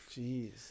Jeez